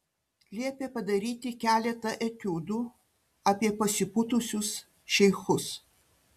liepė padaryti keletą etiudų apie pasipūtusius šeichus